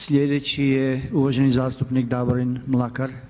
Sljedeći je uvaženi zastupnik Davorin Mlakar.